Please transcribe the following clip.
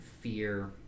fear